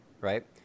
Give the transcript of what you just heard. right